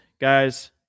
guys